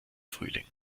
frühling